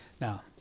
Now